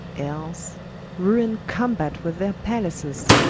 else ruine combate with their pallaces.